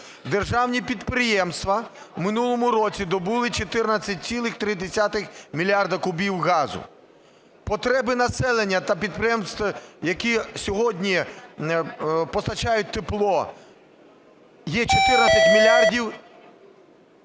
державні підприємства в минулому році добули 14,3 мільярда кубів газу. Потреби населення та підприємств, які сьогодні постачають тепло, є 14 мільярдів